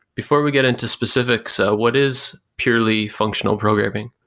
before we get into specifics, what is purely functional programming?